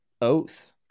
oath